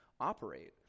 operate